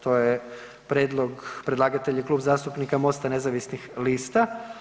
To je prijedlog, predlagatelj je Klub zastupnika Mosta nezavisnih lista.